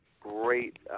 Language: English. great